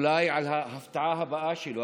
אולי, על ההפתעה הבאה שלו.